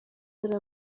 dore